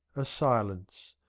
a silence,